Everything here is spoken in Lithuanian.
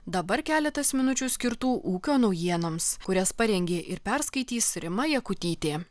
dabar keletas minučių skirtų ūkio naujienoms kurias parengė ir perskaitys rima jakutytė